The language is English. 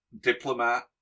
diplomat